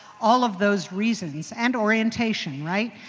all of those reasons and orientation, right?